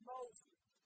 Moses